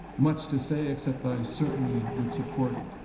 much to say except i certainly would support